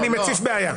אני מציף בעיה.